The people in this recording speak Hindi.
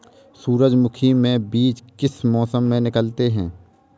सूरजमुखी में बीज किस मौसम में निकलते हैं?